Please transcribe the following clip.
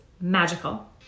magical